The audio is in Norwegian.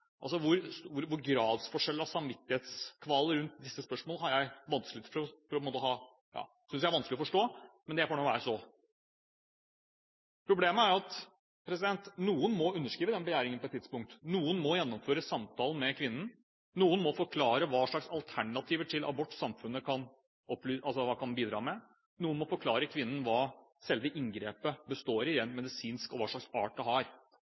rundt disse spørsmålene har jeg vanskelig for å forstå, men det får så være. Problemet er at noen på et tidspunkt må underskrive denne begjæringen. Noen må gjennomføre samtalen med kvinnen. Noen må forklare hva slags alternativer til abort samfunnet kan bidra med. Noen må forklare kvinnen hva selve inngrepet består i rent medisinsk, og hva slags art det har.